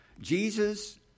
Jesus